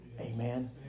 Amen